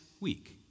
week